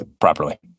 properly